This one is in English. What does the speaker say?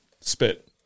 spit